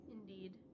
Indeed